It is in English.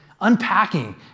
unpacking